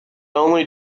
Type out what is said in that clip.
only